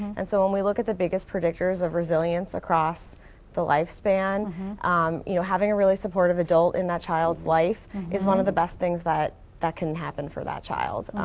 and so when we look at the biggest predictors of resilience across the lifespan you know, having a really supportive adult in that child's life is one of the best things that that can happen for that child.